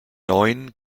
neun